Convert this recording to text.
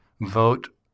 vote